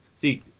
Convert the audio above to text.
See